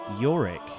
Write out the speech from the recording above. Yorick